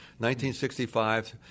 1965